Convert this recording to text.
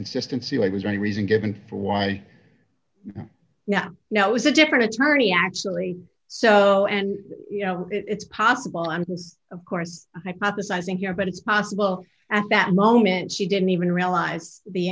inconsistency i was going to reason given for why yeah now it was a different attorney actually so and you know it's possible i'm who's of course hypothesizing here but it's possible at that moment she didn't even realize the